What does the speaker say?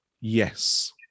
Yes